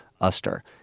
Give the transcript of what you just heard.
Uster